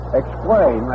explain